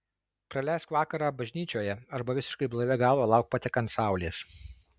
praleisk vakarą bažnyčioje arba visiškai blaivia galva lauk patekant saulės